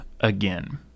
again